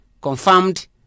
confirmed